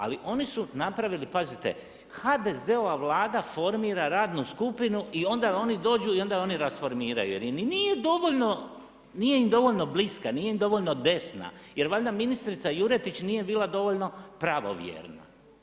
Ali oni su napravili, pazite, HDZ-ova Vlada formira radnu skupinu i onda oni dođu i onda oni rasformiraju jer im nije dovoljno, nije im dovoljno bliska, nije im dovoljno desna jer valjda ministrica Juretić nije bila dovoljno pravovjerna.